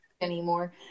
anymore